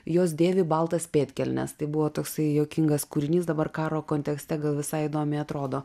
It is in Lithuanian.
jos dėvi baltas pėdkelnes tai buvo toksai juokingas kūrinys dabar karo kontekste gal visai įdomiai atrodo